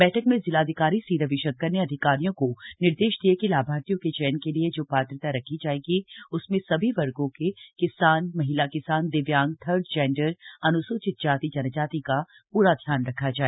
बैठक में जिलाधिकारी सी रविशंकर ने अधिकारियों को निर्देश दिये कि लाभार्थियों के चयन के लिए जो पात्रता रखी जायेगी उसमें सभी वर्गो किसान महिला किसान दिव्यांग थर्ड जेन्डर अनुसूचित जातिजनजाति का पूरा ध्यान रखा जाए